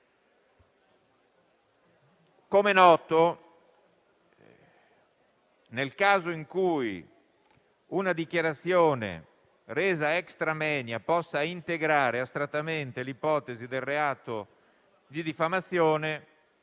Come è noto, nel caso in cui una dichiarazione resa *extra moenia* possa integrare astrattamente l'ipotesi del reato di diffamazione,